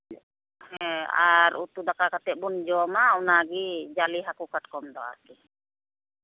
ᱦᱮᱸ ᱟᱨ ᱩᱛᱩ ᱫᱟᱠᱟ ᱠᱟᱛᱮᱫ ᱵᱚᱱ ᱡᱚᱢᱟ ᱚᱱᱟᱜᱮ ᱡᱟᱞᱮ ᱦᱟᱹᱠᱩ ᱠᱟᱴᱠᱚᱢ ᱫᱚ ᱟᱨᱠᱤ